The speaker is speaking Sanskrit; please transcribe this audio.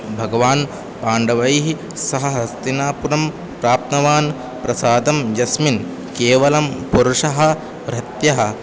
भगवान् पाण्डवैः सह हस्तिनापुरं प्राप्नवान् प्रसादं यस्मिन् केवलं पुरुषः